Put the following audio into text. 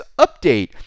update